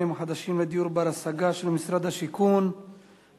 החדשים של משרד השיכון לדיור בר השגה,